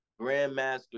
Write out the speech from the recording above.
Grandmaster